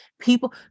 people